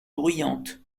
bruyante